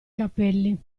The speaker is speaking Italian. capelli